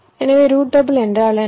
எனவே ரூட்டபிள் என்றால் என்ன